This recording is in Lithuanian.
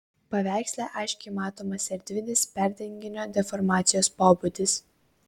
paveiksle aiškiai matomas erdvinis perdenginio deformacijos pobūdis